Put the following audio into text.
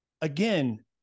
Again